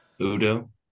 Udo